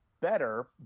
better